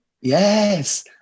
Yes